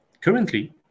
currently